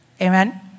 Amen